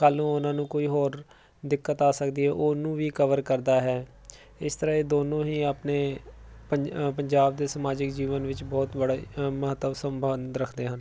ਕੱਲ੍ਹ ਨੂੰ ਉਹਨਾਂ ਨੂੰ ਕੋਈ ਹੋਰ ਦਿੱਕਤ ਆ ਸਕਦੀ ਹੈ ਉਹਨੂੰ ਵੀ ਕਵਰ ਕਰਦਾ ਹੈ ਇਸ ਤਰ੍ਹਾਂ ਇਹ ਦੋਨੋਂ ਹੀ ਆਪਣੇ ਪੰਜਾਬ ਦੇ ਸਮਾਜਿਕ ਜੀਵਨ ਵਿੱਚ ਬਹੁਤ ਬੜਾ ਮਹੱਤਵ ਸੰਬੰਧ ਰੱਖਦੇ ਹਨ